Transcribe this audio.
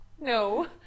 no